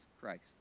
Christ